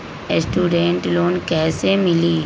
Student loan कैसे मिली?